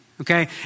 Okay